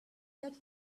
that